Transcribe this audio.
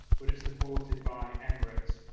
but it's supported by emirates.